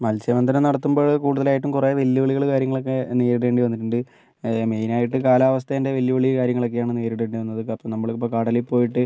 മത്സ്യബന്ധനം നടത്തുമ്പോൾ കൂടുതലായിട്ടും കുറേ വെല്ലുവിളികൾ കാര്യങ്ങളൊക്കെ നേരിടേണ്ടി വന്നിട്ടുണ്ട് അത് മെയിനായിട്ട് കാലാവസ്ഥേൻ്റെ വെല്ലുവിളി കാര്യങ്ങളൊക്കെയാണ് നേരിടേണ്ടി വന്നത് അപ്പം നമ്മളിപ്പോൾ കടലിൽ പോയിട്ട്